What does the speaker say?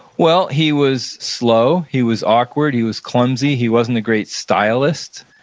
well, he was slow. he was awkward. he was clumsy. he wasn't a great stylist.